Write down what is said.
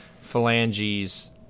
phalanges